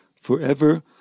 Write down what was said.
forever